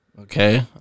okay